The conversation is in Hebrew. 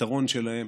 הפתרון שלהן,